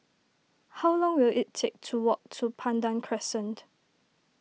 how long will it take to walk to Pandan Crescent